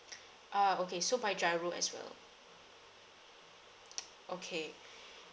ah okay so by giro as well okay